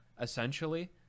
essentially